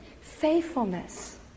Faithfulness